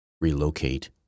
relocate